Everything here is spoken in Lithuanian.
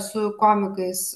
su komikais